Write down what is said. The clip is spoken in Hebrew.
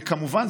וכמובן,